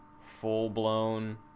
full-blown